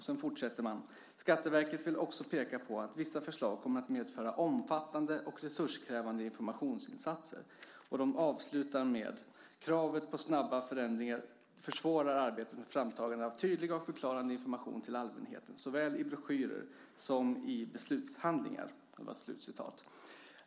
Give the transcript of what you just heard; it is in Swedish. Sedan fortsätter man: Skatteverket vill också peka på att vissa förslag kommer att medföra omfattande och resurskrävande informationsinsatser. Skatteverket avslutar med att skriva: Kravet på snabba förändringar försvårar arbetet med framtagande av tydlig och förklarande information till allmänheten såväl i broschyrer som i beslutshandlingar. Så långt Skatteverket.